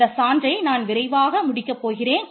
இந்த சான்றை நான் விரைவாக முடிக்க போகிறேன்